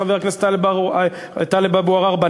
חבר הכנסת אבו עראר,